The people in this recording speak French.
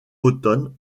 bretonne